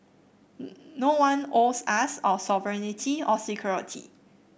no one owes us our sovereignty or security